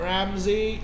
Ramsey